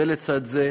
זה לצד זה.